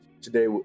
today